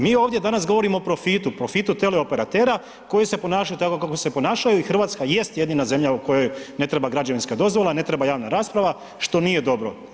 Mi ovdje danas govorimo o profitu, profitu teleoperatera koji se ponašaju tako kako se ponašaju i Hrvatska jest jedina zemlja u kojoj ne treba građevinska dozvola, ne treba javna rasprava, što nije dobro.